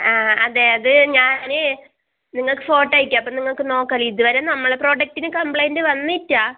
ആ അതെ അത് ഞാൻ നിങ്ങൾക്ക് ഫോട്ടോ അയക്കാം അപ്പോൾ നിങ്ങൾക്ക് നോക്കാം ഇത് വെരെ നമ്മളെ പ്രൊഡക്റ്റിന് കംപ്ലയിൻറ്റ് വന്നിട്ടില്ല